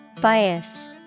Bias